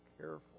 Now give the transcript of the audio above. careful